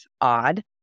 odd